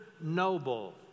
noble